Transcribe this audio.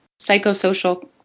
psychosocial